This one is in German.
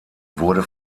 wurde